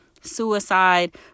suicide